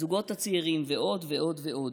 הזוגות הצעירים ועוד ועוד ועוד.